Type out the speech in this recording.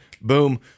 boom